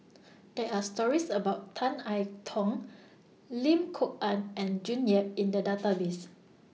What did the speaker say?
There Are stories about Tan I Tong Lim Kok Ann and June Yap in The Database